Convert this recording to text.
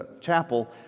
chapel